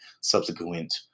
subsequent